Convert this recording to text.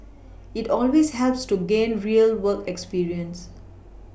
it always helps to gain real work experience